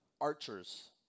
archers